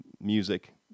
music